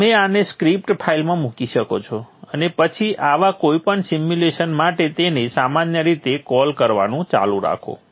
તમે આને સ્ક્રિપ્ટ ફાઇલમાં મૂકી શકો છો અને પછી આવા કોઈપણ સિમ્યુલેશન માટે તેને સામાન્ય રીતે કૉલ કરવાનું ચાલુ રાખો